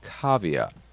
caveat